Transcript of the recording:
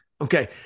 Okay